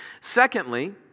Secondly